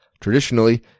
Traditionally